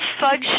fudge